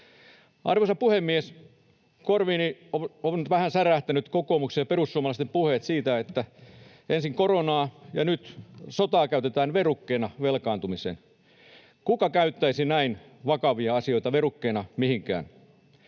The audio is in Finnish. Arvoisa puhemies! Korviini ovat nyt vähän särähtäneet kokoomuksen ja perussuomalaisten puheet, että ensin koronaa ja nyt sotaa käytetään ”verukkeena” velkaantumiseen. Kuka käyttäisi näin vakavia asioita verukkeena mihinkään?